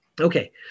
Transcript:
Okay